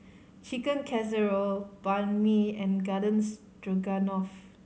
Chicken Casserole Banh Mi and Garden Stroganoff